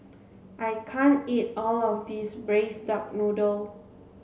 I can't eat all of this braised duck noodle